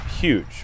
huge